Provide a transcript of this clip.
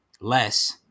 Less